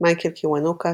מייקל קיוונוקה,